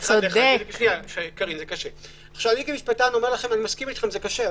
אני כמשפטן זה קשה.